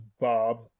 Bob